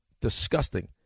disgusting